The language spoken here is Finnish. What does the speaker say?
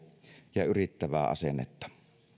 ja yrittävää asennetta